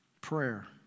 Prayer